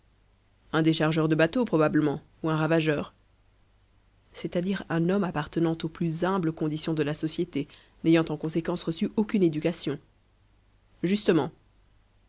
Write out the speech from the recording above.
un déchargeur de bateaux probablement ou un ravageur c'est-à-dire un homme appartenant aux plus humbles conditions de la société n'ayant en conséquence reçu aucune éducation justement